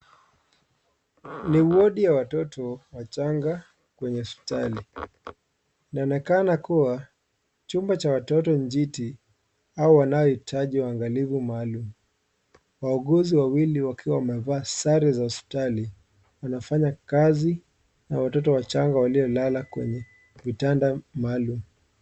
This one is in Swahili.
Ni wodi ya watoto wachanga kwenye hospitali, inaonekana kuwa chumba cha watoto njiti au wanaohitahi wangalivu maalum. Wauguzi wawili wakiwa wamevaa sare za hospitali, wanafanya kazi na watoto wachanga waliolala kwenye vitanda maalum.